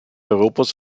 europas